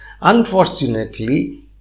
unfortunately